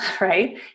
right